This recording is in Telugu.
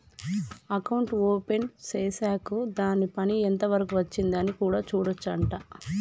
అకౌంట్ ఓపెన్ చేశాక్ దాని పని ఎంత వరకు వచ్చింది అని కూడా చూడొచ్చు అంట